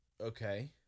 Okay